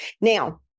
Now